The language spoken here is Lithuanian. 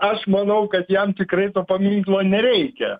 aš manau kad jam tikrai to paminklo nereikia